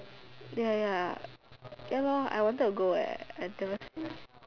ya ya ya lor I wanted to go eh I never